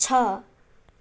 छ